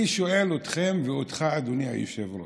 אני שואל אתכם ואותך, אדוני היושב-ראש,